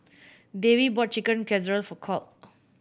Davey bought Chicken Casserole for Colt